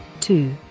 two